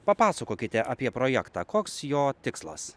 papasakokite apie projektą koks jo tikslas